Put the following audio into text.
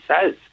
says